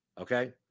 Okay